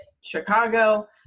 Chicago